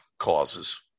causes